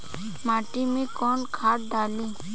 माटी में कोउन खाद डाली?